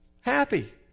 happy